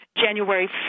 January